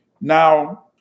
Now